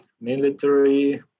military